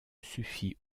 suffit